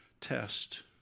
test